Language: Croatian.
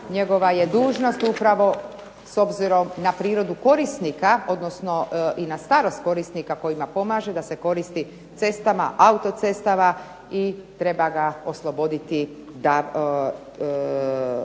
njegova je dužnost upravo s obzirom na prirodu korisnika, odnosno i na starost korisnika kojima pomaže da se koristi cestama, autocestama i treba ga osloboditi